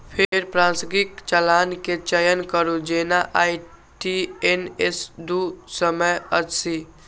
फेर प्रासंगिक चालान के चयन करू, जेना आई.टी.एन.एस दू सय अस्सी